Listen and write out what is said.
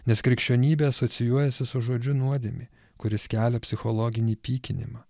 nes krikščionybė asocijuojasi su žodžiu nuodėmė kuris kelia psichologinį pykinimą